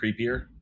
creepier